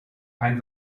ein